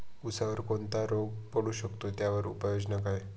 ऊसावर कोणता रोग पडू शकतो, त्यावर उपाययोजना काय?